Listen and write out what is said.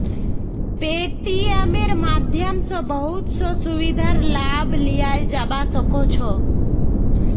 पेटीएमेर माध्यम स बहुत स सुविधार लाभ लियाल जाबा सख छ